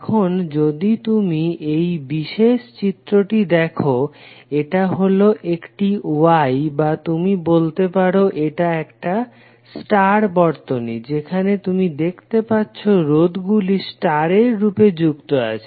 এখন যদি তুমি এই বিশেষ চিত্রটি দেখো এটা হলো একটি Y বা তুমি বলতে পারো এটা একটা স্টার বর্তনী যেখানে তুমি দেখাতে পাচ্ছো রোধ গুলি স্টারের রূপে যুক্ত আছে